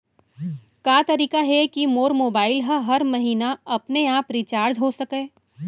का तरीका हे कि मोर मोबाइल ह हर महीना अपने आप रिचार्ज हो सकय?